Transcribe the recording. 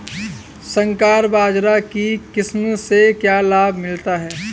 संकर बाजरा की किस्म से क्या लाभ मिलता है?